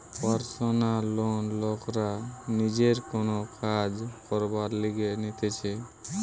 personal loan লোকরা নিজের কোন কাজ করবার লিগে নিতেছে